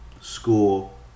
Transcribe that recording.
school